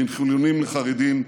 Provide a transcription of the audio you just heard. בין חילונים לחרדים,